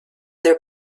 their